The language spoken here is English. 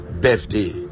birthday